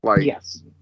Yes